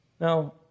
Now